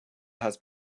has